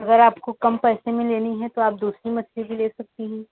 अगर आपको कम पैसे में लेनी है तो आप दूसरी मछली भी ले सकती हैं